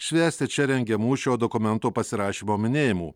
švęsti čia rengiamų šio dokumento pasirašymo minėjimų